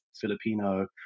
Filipino